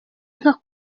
nka